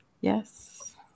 Yes